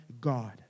God